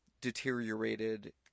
deteriorated